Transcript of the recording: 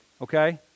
Okay